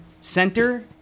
center